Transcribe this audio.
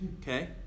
Okay